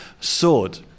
sword